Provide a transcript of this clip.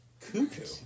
cuckoo